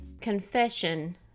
Confession